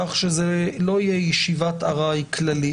כך שזה לא ישיבת ארעי כללי,